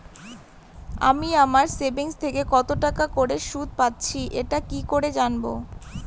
আমি আমার সেভিংস থেকে কতটাকা করে সুদ পাচ্ছি এটা কি করে জানব?